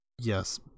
Yes